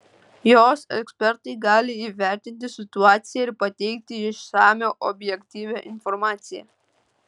jos ekspertai gali įvertinti situaciją ir pateikti išsamią objektyvią informaciją